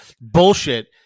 bullshit